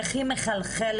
תשובה ברורה,